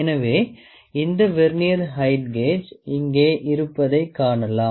எனவே இந்த vernier height gauge இங்கே இருப்பதைக் காணலாம்